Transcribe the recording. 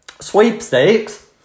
sweepstakes